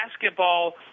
basketball